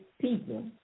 people